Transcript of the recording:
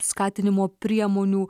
skatinimo priemonių